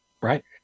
Right